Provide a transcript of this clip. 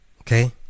Okay